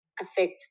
affect